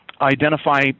identify